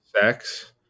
sex